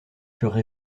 furent